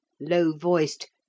Low-voiced